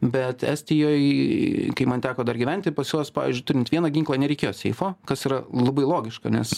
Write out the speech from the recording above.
bet estijoj kai man teko dar gyventi pas juos pavyzdžiui turint vieną ginklą nereikėjo seifo kas yra labai logiška nes